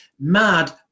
mad